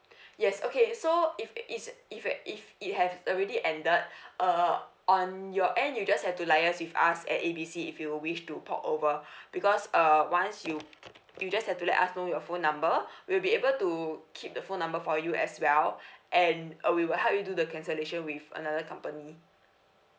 yes okay so if it's if if it has already ended uh on your end you just have to liaise with us at A B C if you wish to port over because uh once you you just have to let us know your phone number we'll be able to keep the phone number for you as well and uh we will help you do the cancellation with another company